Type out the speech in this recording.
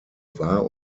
war